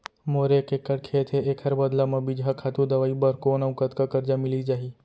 मोर एक एक्कड़ खेत हे, एखर बदला म बीजहा, खातू, दवई बर कोन अऊ कतका करजा मिलिस जाही?